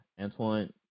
Antoine